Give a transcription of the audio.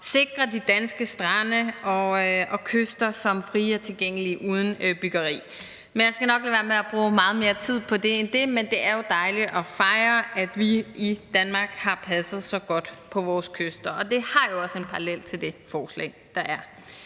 sikre de danske strande og kyster som frie og tilgængelige uden byggeri. Jeg skal nok lade være med at bruge mere tid på det, men det er jo dejligt at fejre, at vi i Danmark har passet så godt på vores kyster. Og det har jo også en parallel til det forslag, der